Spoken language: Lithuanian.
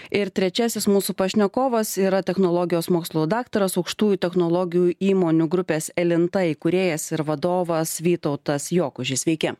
ir trečiasis mūsų pašnekovas yra technologijos mokslų daktaras aukštųjų technologijų įmonių grupės elinta įkūrėjas ir vadovas vytautas jokužis sveiki